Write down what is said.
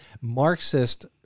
Marxist